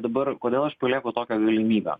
dabar kodėl aš palieku tokią galimybę